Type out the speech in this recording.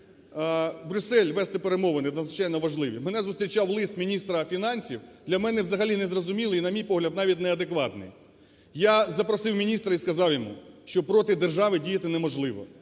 Брюссель вести перемовини надзвичайно важливі, мене зустрічав лист міністра фінансів, для мене взагалі незрозумілий і, на мій погляд, навіть неадекватний. Я запросив міністра і сказав йому, що проти держави діяти неможливо,